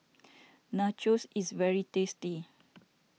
Nachos is very tasty